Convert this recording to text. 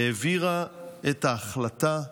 העבירה את ההחלטה,